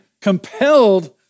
compelled